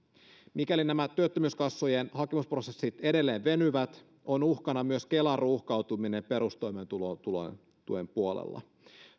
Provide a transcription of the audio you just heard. mikäli nämä työttömyyskassojen hakemusprosessit edelleen venyvät on uhkana myös kelan ruuhkautuminen perustoimeentulotuen puolella